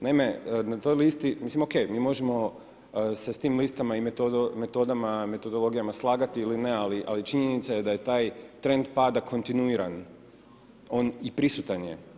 Naime, mislim ok, mi možemo se s tim listama i metodama, metodologijama slagati ili ne, ali činjenica je da je taj trend pada kontinuiran i prisutan je.